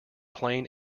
plain